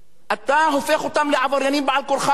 אתה הופך אותם לעבריינים בעל כורחם.